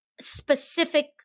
specific